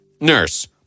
Nurse